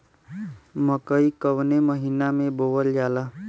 मकई कवने महीना में बोवल जाला?